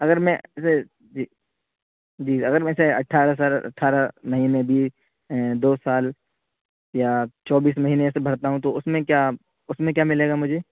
اگر میں جی اگر ویسے اٹھارہ سر اٹھارہ مہینے بھی دو سال یا چوبیس مہینے سے بھرتا ہوں تو اس میں کیا اس میں کیا ملے گا مجھے